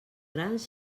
grans